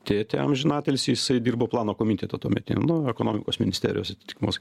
tėtį amžiną atilsį jisai dirbo plano komiteto tuometinio nu ekonomikos ministerijos atitikmuo